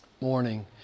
morning